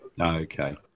okay